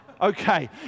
Okay